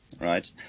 right